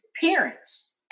parents